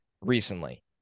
recently